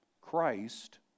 Christ